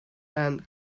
and